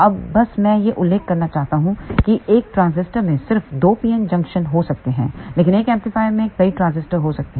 अब बस मैं यह उल्लेख करना चाहता हूं कि एक ट्रांजिस्टर में सिर्फ दो pn जंक्शन हो सकते हैं लेकिन एक एम्पलीफायर में कई ट्रांजिस्टर हो सकते हैं